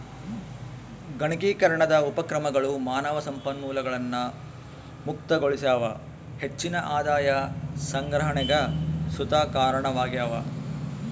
ಗಣಕೀಕರಣದ ಉಪಕ್ರಮಗಳು ಮಾನವ ಸಂಪನ್ಮೂಲಗಳನ್ನು ಮುಕ್ತಗೊಳಿಸ್ಯಾವ ಹೆಚ್ಚಿನ ಆದಾಯ ಸಂಗ್ರಹಣೆಗ್ ಸುತ ಕಾರಣವಾಗ್ಯವ